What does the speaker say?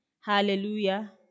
Hallelujah